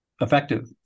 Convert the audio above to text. effective